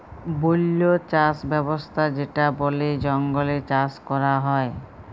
বল্য চাস ব্যবস্থা যেটা বলে জঙ্গলে চাষ ক্যরা হ্যয়